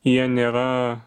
jie nėra